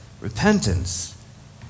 repentance